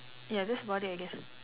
ya that's about it I guess